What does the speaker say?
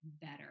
better